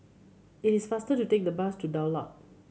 it is faster to take the bus to Daulat